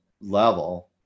level